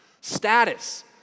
Status